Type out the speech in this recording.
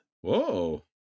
whoa